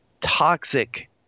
toxic